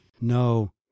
No